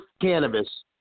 cannabis